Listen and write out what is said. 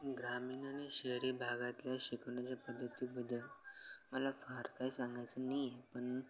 ग्रामीण आणि शहरी भागातल्या शिकवण्याच्या पद्धतीबदल मला फार काही सांगायचं नाही आहे पण